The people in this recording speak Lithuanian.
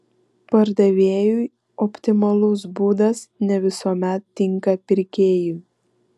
pardavėjui optimalus būdas ne visuomet tinka pirkėjui